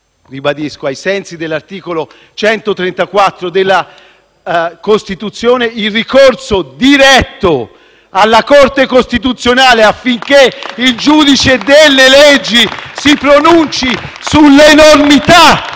ai sensi dell'articolo 134 della Costituzione, il ricorso diretto alla Corte costituzionale, affinché il giudice delle leggi si pronunci sulle enormità